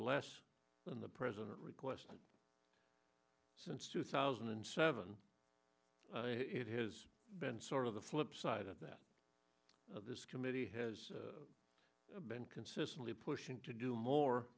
less than the president requested since two thousand and seven it has been sort of the flip side of that this committee has been consistently pushing to do more